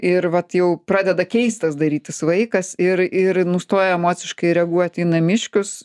ir vat jau pradeda keistas darytis vaikas ir ir nustoja emociškai reaguoti į namiškius